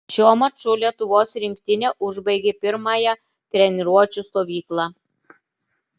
šiuo maču lietuvos rinktinė užbaigė pirmąją treniruočių stovyklą